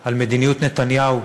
על מדיניות נתניהו,